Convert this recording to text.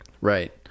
Right